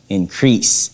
increase